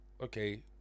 okay